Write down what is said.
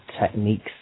techniques